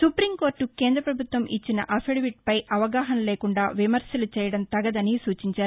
సుపీంకోర్టుకు కేంద్రపభుత్వం ఇచ్చిన అఫిడవిట్ పై అవగాహన లేకుండా విమర్శలు చేయడం తగదని సూచించారు